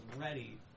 ready